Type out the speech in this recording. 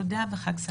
תודה וחג שמח.